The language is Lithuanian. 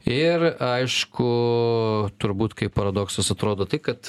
ir aišku turbūt kaip paradoksas atrodo tai kad